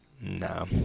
No